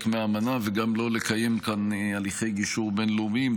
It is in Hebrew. מהאמנה וגם לא לקיים כאן הליכי גישור בין-לאומיים,